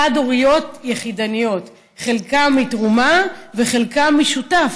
חד-הוריות יחידניות, חלקן מתרומה וחלקן עם שותף,